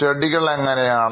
ചെടികൾഎങ്ങനെയാണ്